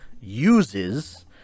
uses